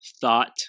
thought